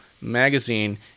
magazine